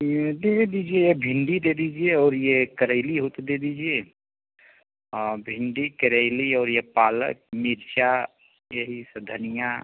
मेथी दे दीजिए भिंडी दे दीजिए और ये करेली हो तो दे दीजिए भिंडी करेली और ये पालक मिर्चा यही सब धनिया